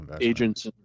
Agents